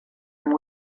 and